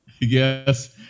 Yes